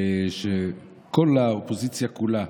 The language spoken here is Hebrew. שכל האופוזיציה כולה,